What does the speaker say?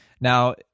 Now